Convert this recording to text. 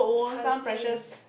I see